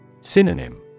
Synonym